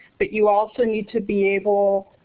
but you also need to be able